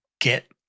get